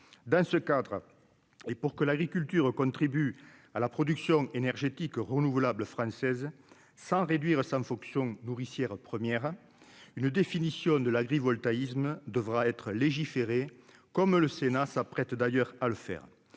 dans ce cadre et pour que l'agriculture contribue à la production énergétique renouvelable française sans réduire sa fonction nourricière première une définition de l'agrivoltaïsme devra être légiférer comme le Sénat s'apprête d'ailleurs à le faire,